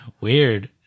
Weird